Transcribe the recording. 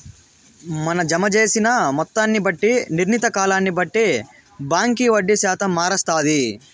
మన జమ జేసిన మొత్తాన్ని బట్టి, నిర్ణీత కాలాన్ని బట్టి బాంకీ వడ్డీ శాతం మారస్తాది